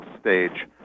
stage